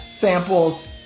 samples